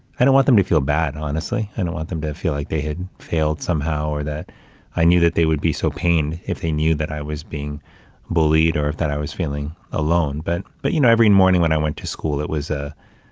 i didn't want them to feel bad. honestly, and i didn't want them to feel like they had failed somehow or that i knew that they would be so pained if they knew that i was being bullied or if that i was feeling alone, but, but you know, every and morning when i went to school, it was a,